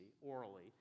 orally